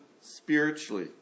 spiritually